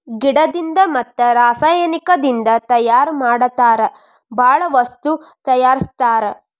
ಗಿಡದಿಂದ ಮತ್ತ ರಸಾಯನಿಕದಿಂದ ತಯಾರ ಮಾಡತಾರ ಬಾಳ ವಸ್ತು ತಯಾರಸ್ತಾರ